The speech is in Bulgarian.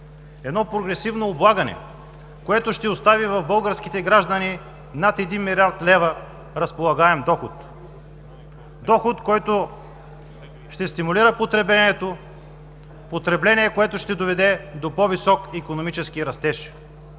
Едно прогресивно облагане, което ще остави в българските граждани над един милиард лева разполагаем доход. Доход, който ще стимулира потреблението, потребление, което ще доведе до по-висок икономически растеж.